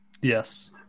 Yes